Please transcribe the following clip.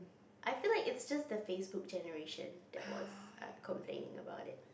I feel like it's just the Facebook generation that was err complaining about it